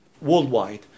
worldwide